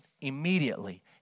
immediately